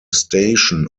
station